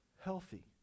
healthy